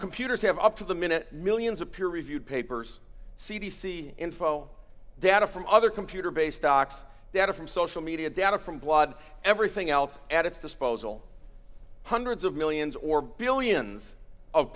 computers have up to the minute millions of peer reviewed papers c d c info data from other computer based docs data from social media data from blood everything else at its disposal hundreds of millions or billions of